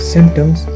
Symptoms